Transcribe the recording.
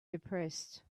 depressed